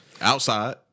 outside